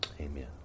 Amen